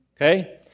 Okay